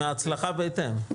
אם ההצלחה בהתאם.